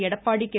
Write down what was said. Edappadi K